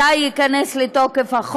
מתי החוק ייכנס לתוקף?